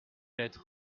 lettre